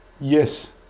Yes